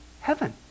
heaven